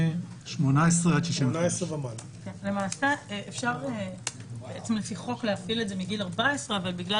18 עד 65. למעשה אפשר לפי החוק להפעיל את זה מגיל 14 אבל בגלל